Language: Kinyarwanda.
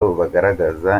bagaragaza